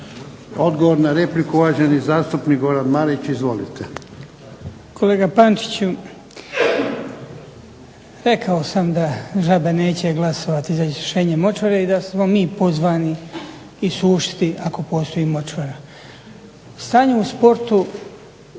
Odgovor na repliku uvaženi zastupnik Goran Marić. Izvolite. **Marić, Goran (HDZ)** Kolega Pančiću, rekao sam da žaba neće glasovati za isušenje močvare i da smo mi pozvani isušiti ako postoji močvara. Stanje u sportu